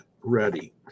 ready